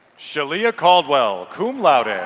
shalia caldwell, cum laude. and